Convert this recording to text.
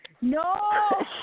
No